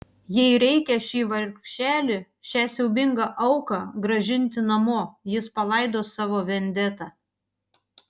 jei reikia šį vargšelį šią siaubingą auką grąžinti namo jis palaidos savo vendetą